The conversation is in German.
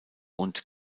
und